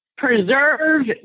Preserve